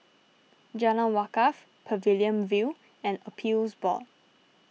Jalan Wakaff Pavilion View and Appeals Board